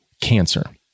cancer